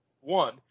one